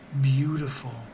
beautiful